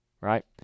Right